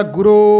Guru